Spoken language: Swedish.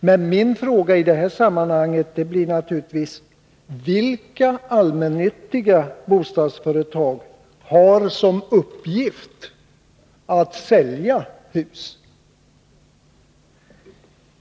Men min fråga i sammanhanget blir: Vilka allmännyttiga bostadsföretag har till uppgift att sälja hus?